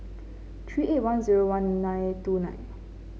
three eight one zero one nine two nine